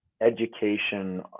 education